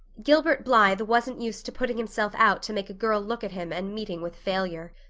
gilbert blythe wasn't used to putting himself out to make a girl look at him and meeting with failure.